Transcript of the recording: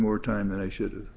more time than i should